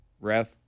ref